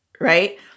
right